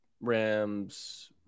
Rams